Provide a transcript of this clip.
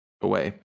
away